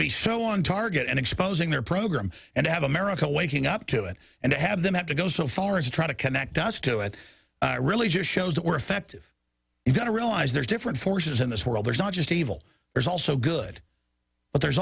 be so on target and exposing their program and have america waking up to it and to have them have to go so far as to try to connect us to it really just shows that we're effective in going to realize there are different forces in this world there's not just evil there's also good but there's